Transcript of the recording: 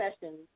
sessions